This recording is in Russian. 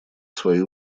свои